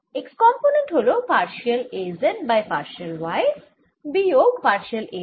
X component হল partial A z by partial y বিয়োগ partial A y by partial z